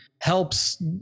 helps